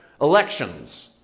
elections